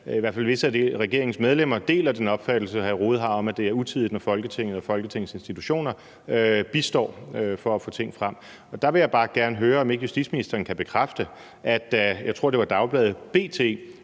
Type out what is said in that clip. i hvert fald visse af regeringens medlemmer deler den opfattelse, hr. Jens Rohde har, om at det er utidigt, når Folketinget og Folketingets institutioner bistår med at få ting frem. Og der vil jeg bare gerne høre, om ikke justitsministeren kan bekræfte, at en avis – jeg tror, det var dagbladet B.T.